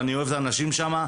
ואני אוהב את האנשים שם,